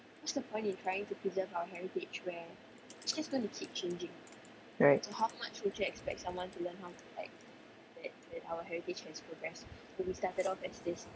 right